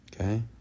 Okay